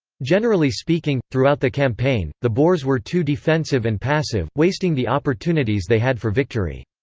generally speaking, throughout the campaign, the boers were too defensive and passive, wasting the opportunities they had for victory.